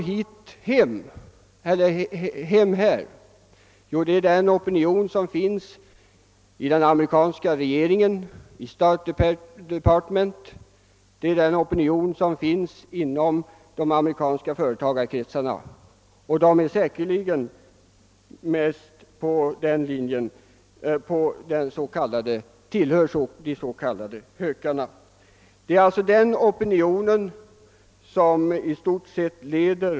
Det är i stort sett den opi nion som företräds av den amerikanska regeringen, av State Department och företagskretsarna, där de flesta med säkerhet tillhör de s.k. hökarna.